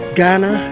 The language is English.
Ghana